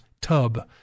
tub